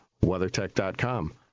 WeatherTech.com